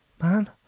man